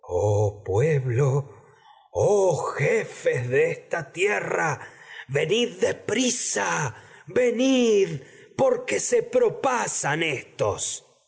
oh oh jefes de esta tierra venid prisa venid porque se propasan éstos